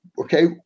okay